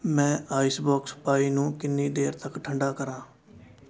ਮੈਂ icebox pie ਨੂੰ ਕਿੰਨੀ ਦੇਰ ਤੱਕ ਠੰਢਾ ਕਰਾਂ